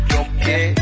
okay